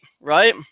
right